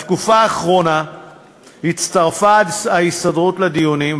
בתקופה האחרונה הצטרפה ההסתדרות לדיונים,